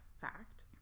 fact